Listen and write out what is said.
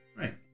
Right